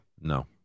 No